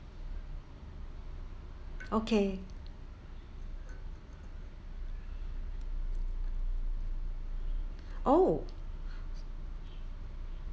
okay oh